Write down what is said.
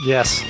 Yes